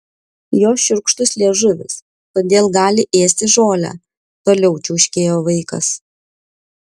jos šiurkštus liežuvis todėl gali ėsti žolę toliau čiauškėjo vaikas